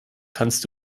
kannst